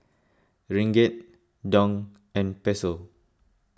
Ringgit Dong and Peso